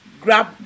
grab